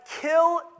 kill